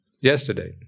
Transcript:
Yesterday